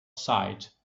site